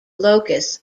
locus